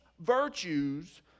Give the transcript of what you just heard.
virtues